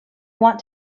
want